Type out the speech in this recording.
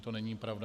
To není pravda.